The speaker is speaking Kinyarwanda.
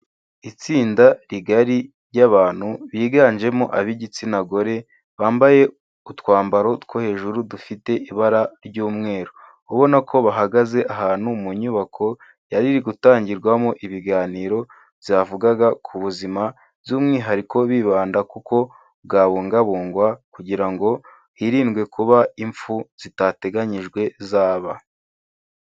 Itsinda rigari ry'abantu biganjemo ab'igitsina gore bambaye utwambaro two hejuru dufite ibara ry'umweru ubona ko bahagaze ahantu mu nyubako yariri gutangirwamo ibiganiro byavugaga kubuzima by'umwihariko bibanda kuko bwabungabungwa kugira ngo hirindwe kuba impfu zitateganyijwe zaba.